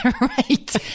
Right